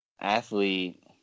Athlete